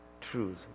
truth